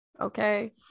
okay